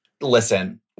listen